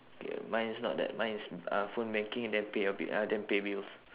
K mine is not that mine is uh phone banking and then pay a bi~ ah then pay bills